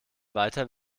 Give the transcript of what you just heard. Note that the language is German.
weiter